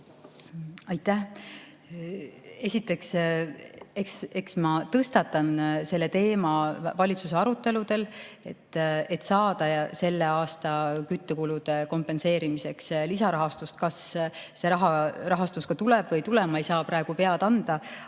Aitäh! Esiteks, eks ma tõstatan selle teema valitsuse aruteludel, et saada selle aasta küttekulude kompenseerimiseks lisarahastust. Kas see rahastus tuleb või ei tule, ma ei saa praegu pead anda,